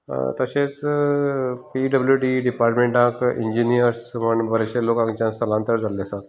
तशेंच P W D डिपार्टमेंटांत engineer म्हूण बरेंचशे लोक हांगाच्यान स्थलांतरीत जाल्ले आसात